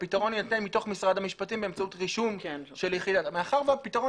שהפתרון יינתן מתוך משרד המשפטים באמצעות רישום של מאחר שהפתרון